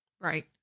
Right